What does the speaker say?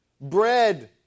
Bread